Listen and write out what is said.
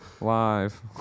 live